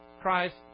Christ